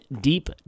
deep